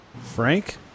Frank